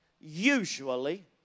usually